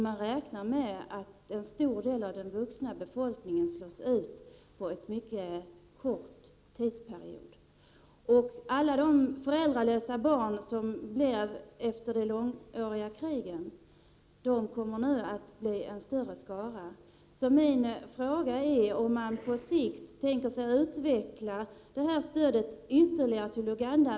Man räknar med att en stor del av den vuxna befolkningen kommer att slås ut under en mycket kort tidsperiod. Efter de långvariga kri gen har Uganda fått en stor skara föräldralösa barn. Den skaran kommer nu ytterligare att öka. Min fråga gäller om man på sikt ytterligare tänker utveckla stödet till Uganda.